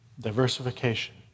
Diversification